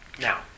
Now